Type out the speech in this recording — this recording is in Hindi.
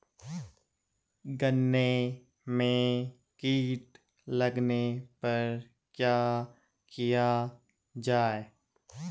गन्ने में कीट लगने पर क्या किया जाये?